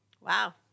Wow